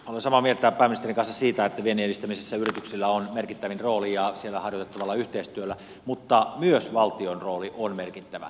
olen samaa mieltä pääministerin kanssa siitä että viennin edistämisessä yrityksillä on merkittävin rooli ja siellä harjoitettavalla yhteistyöllä mutta myös valtion rooli on merkittävä